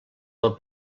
del